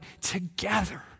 together